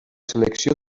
selecció